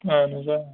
آہَن حظ آ